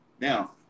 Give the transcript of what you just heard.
now